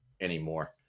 anymore